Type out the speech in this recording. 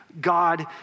God